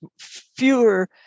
fewer